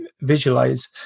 visualize